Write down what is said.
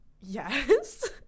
Yes